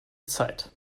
zeit